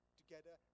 together